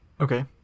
okay